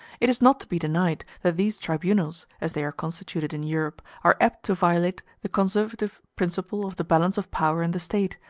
it is not to be denied that these tribunals, as they are constituted in europe, are apt to violate the conservative principle of the balance of power in the state,